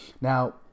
Now